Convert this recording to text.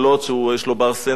שימצה את הקללות,